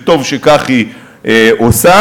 וטוב שכך היא עושה.